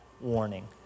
warning